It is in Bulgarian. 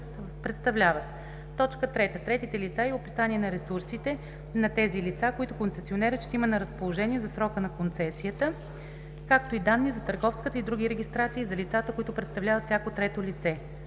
3. третите лица и описание на ресурсите на тези лица, които концесионерът ще има на разположение за срока на концесията, както и данни за търговската и други регистрации и за лицата, които представляват всяко трето лице.